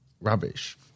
rubbish